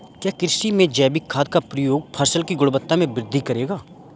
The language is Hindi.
क्या कृषि में जैविक खाद का प्रयोग फसल की गुणवत्ता में वृद्धि करेगा?